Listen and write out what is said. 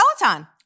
Peloton